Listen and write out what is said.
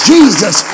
Jesus